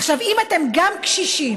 עכשיו, אם אתם גם קשישים